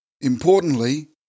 Importantly